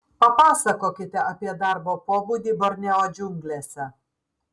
papasakokite apie darbo pobūdį borneo džiunglėse